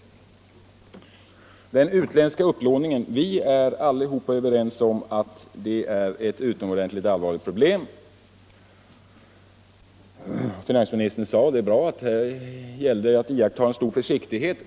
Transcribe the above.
När det gäller den utländska upplåningen, så är vi alla överens om att det är ett utomordentligt allvarligt problem. Finansministern sade —- och det var bra — att här gäller det att iaktta stor försiktighet.